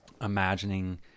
imagining